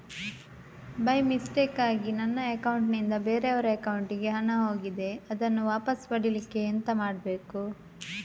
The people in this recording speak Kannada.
ಬೈ ಮಿಸ್ಟೇಕಾಗಿ ನನ್ನ ಅಕೌಂಟ್ ನಿಂದ ಬೇರೆಯವರ ಅಕೌಂಟ್ ಗೆ ಹಣ ಹೋಗಿದೆ ಅದನ್ನು ವಾಪಸ್ ಪಡಿಲಿಕ್ಕೆ ಎಂತ ಮಾಡಬೇಕು?